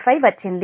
5 వచ్చింది